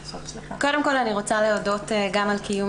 קודם כל אני רוצה להודות גם על קיום